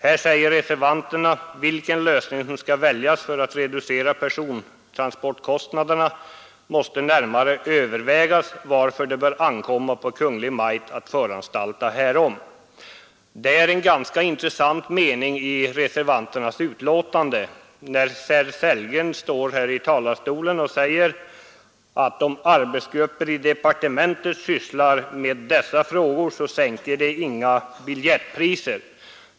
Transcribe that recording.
Där säger reservanterna: ”Vilken lösning som skall väljas för att reducera persontransportkostnaderna måste närmare övervägas, varför det bör ankomma på Kungl. Maj:t att föranstalta härom.” Det är en ganska intressant mening i reservanternas skrivning. Herr Sellgren står här i talarstolen och säger att om arbetsgrupper i departementet sysslar med dessa frågor sänks därmed inga biljettpriser.